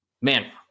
man